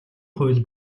хууль